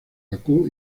bakú